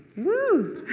wooh!